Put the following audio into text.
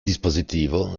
dispositivo